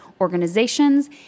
organizations